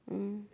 mm